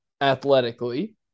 athletically